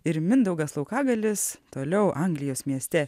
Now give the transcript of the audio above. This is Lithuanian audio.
ir mindaugas laukagalis toliau anglijos mieste